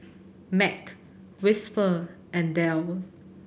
Mac Whisper and Dell